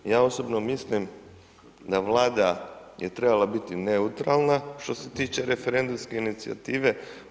Ja osobno mislim da vlada je trebala biti neutralan što se tiče referendumske inicijative.